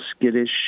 skittish